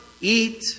eat